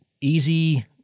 Easy